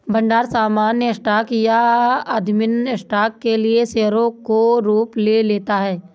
भंडार सामान्य स्टॉक या अधिमान्य स्टॉक के लिए शेयरों का रूप ले लेता है